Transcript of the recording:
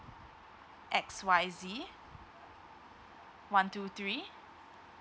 X Y Z one two three